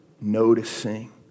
Noticing